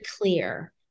clear